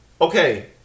Okay